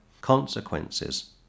consequences